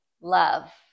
love